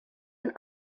and